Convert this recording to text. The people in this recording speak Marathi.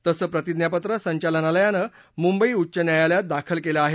तसं प्रतिज्ञापत्र संचालनालयानं मुंबई उच्च न्यायालयात दाखल केलं आहे